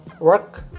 work